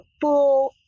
full